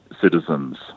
citizens